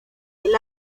del